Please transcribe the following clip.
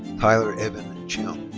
tyler evan cheung.